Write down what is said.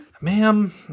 ma'am